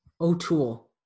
O'Toole